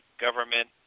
government